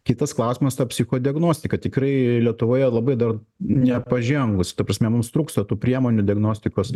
kitas klausimas ta psichodiagnostika tikrai lietuvoje labai dar nepažengus ta prasme mums trūksta tų priemonių diagnostikos